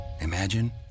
imagine